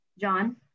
John